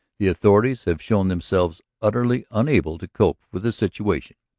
the authorities have shown themselves utterly unable to cope with the situation.